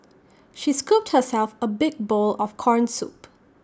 she scooped herself A big bowl of Corn Soup